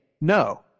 no